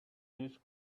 disk